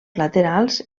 laterals